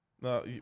No